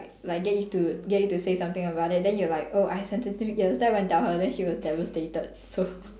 like get you to get you to say something about it then you're like oh I have sensitive ears then I went to tell her she was devastated so